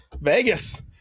vegas